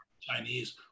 chinese